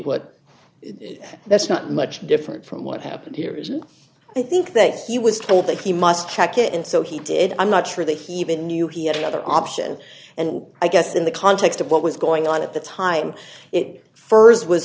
what that's not much different from what happened here is i think that he was told that he must check it in so he did i'm not sure that he even knew he had another option and i guess in the context of what was going on at the time it st w